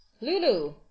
Lulu